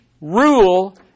rule